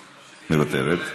מוותרת,